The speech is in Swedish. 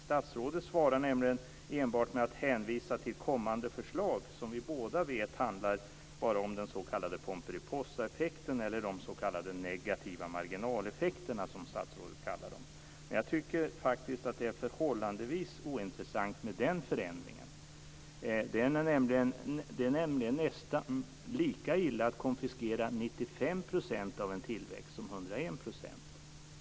Statsrådet svarar nämligen enbart med att hänvisa till kommande förslag, som vi båda vet bara handlar om den s.k. pomperipossaeffekten eller de s.k. negativa marginaleffekterna, som statsrådet kallar dem. Men jag tycker faktiskt att det är förhållandevis ointressant med den förändringen. Det är nämligen nästan lika illa att konfiskera 95 % av en tillväxt som 101 %.